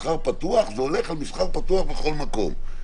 זה הולך על מסחר פתוח בכל מקום.